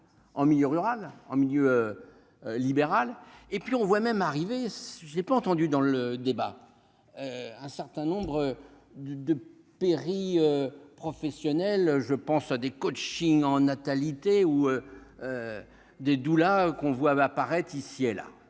en milieu rural en milieu libéral et puis on voit même arriver si j'ai pas entendu dans le débat, un certain nombre de professionnel, je pense à des coaching en natalité ou des doulas qu'on voit apparaître ici et là